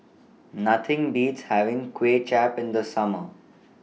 Nothing Beats having Kuay Chap in The Summer